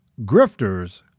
grifters